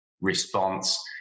response